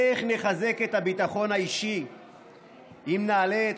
איך נחזק את הביטחון האישי אם נעלה את